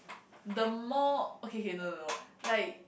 the more okay okay no no no like